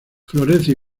florece